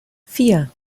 vier